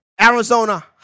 Arizona